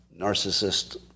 narcissist